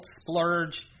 splurge